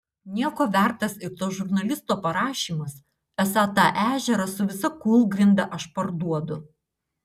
nieko vertas ir to žurnalisto parašymas esą tą ežerą su visa kūlgrinda aš parduodu